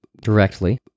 directly